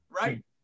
Right